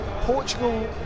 Portugal